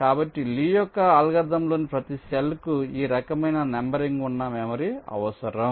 కాబట్టి లీ యొక్క అల్గోరిథం లోని ప్రతి సెల్కు ఈ రకమైన నంబరింగ్ ఉన్న మెమరీ అవసరం